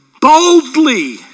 boldly